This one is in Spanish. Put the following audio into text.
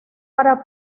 para